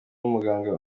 umuganga